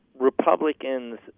Republicans